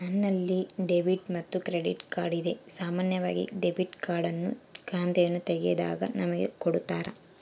ನನ್ನಲ್ಲಿ ಡೆಬಿಟ್ ಮತ್ತೆ credit card ಇದೆ, ಸಾಮಾನ್ಯವಾಗಿ ಡೆಬಿಟ್ ಕಾರ್ಡ್ ಅನ್ನು ಖಾತೆಯನ್ನು ತೆಗೆದಾಗ ನಮಗೆ ಕೊಡುತ್ತಾರ